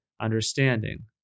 understanding